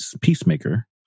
Peacemaker